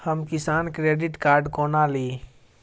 हम Kisan credit card कोना ली?